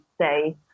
say